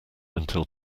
until